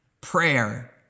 prayer